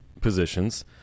positions